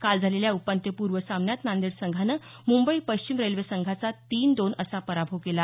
काल झालेल्या उपांत्यपूर्व सामन्यात नांदेड संघानं मुंबई पश्चिम रेल्वे संघाचा तीन दोन असा पराभव केला